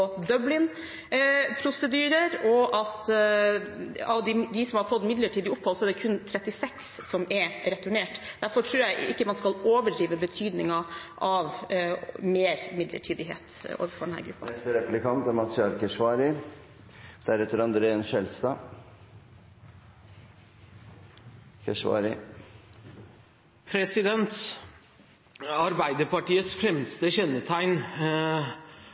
som økt bruk av alderstesting, Dublin-prosedyrer og at av dem som hadde fått midlertidig opphold, var det kun 36 som ble returnert. Derfor tror jeg ikke man skal overdrive betydningen av mer midlertidighet overfor denne gruppen. Arbeiderpartiets fremste kjennetegn